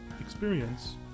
experience